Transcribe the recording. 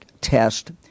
test